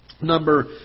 number